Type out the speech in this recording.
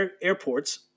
airports